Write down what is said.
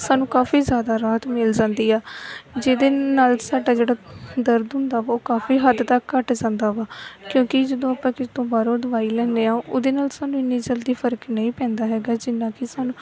ਸਾਨੂੰ ਕਾਫੀ ਜ਼ਿਆਦਾ ਰਾਹਤ ਮਿਲ ਜਾਂਦੀ ਆ ਜਿਹਦੇ ਨਾਲ ਸਾਡਾ ਜਿਹੜਾ ਦਰਦ ਹੁੰਦਾ ਵਾ ਉਹ ਕਾਫੀ ਹੱਦ ਤੱਕ ਘੱਟ ਜਾਂਦਾ ਵਾ ਕਿਉਂਕਿ ਜਦੋਂ ਆਪਾਂ ਕਿਸੇ ਤੋਂ ਬਾਹਰੋਂ ਦਵਾਈ ਲੈਂਦੇ ਹਾਂ ਉਹਦੇ ਨਾਲ ਸਾਨੂੰ ਇੰਨੀ ਜਲਦੀ ਫਰਕ ਨਹੀਂ ਪੈਂਦਾ ਹੈਗਾ ਜਿੰਨਾ ਕਿ ਸਾਨੂੰ